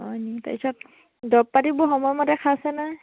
হয়নি তাৰপিছত দৰৱ পাতিবোৰ সময়মতে খাইছে নাই